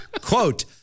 Quote